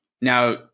Now